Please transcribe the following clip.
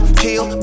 kill